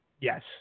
Yes